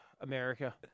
America